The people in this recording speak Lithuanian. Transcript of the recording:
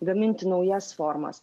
gaminti naujas formas